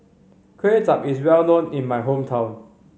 Kuay Chap is well known in my hometown